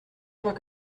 pas